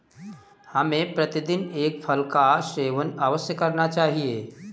हमें प्रतिदिन एक फल का सेवन अवश्य करना चाहिए